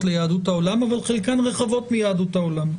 ליהדות העולם אבל חלקן רחבות מיהדות העולם.